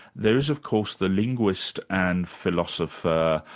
there is of course the linguist and philosopher,